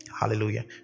hallelujah